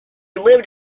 lived